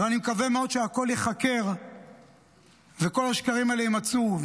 ואני מקווה מאוד שהכול ייחקר וכל השקרים האלה יימצאו.